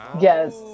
Yes